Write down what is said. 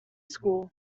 school